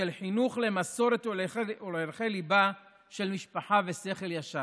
של חינוך למסורת ולערכי ליבה של משפחה ושכל ישר?